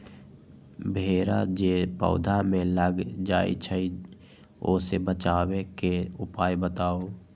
भेरा जे पौधा में लग जाइछई ओ से बचाबे के उपाय बताऊँ?